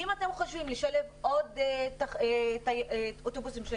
אם אתם חושבים לשלב עוד אוטובוסים של